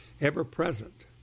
ever-present